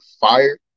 fire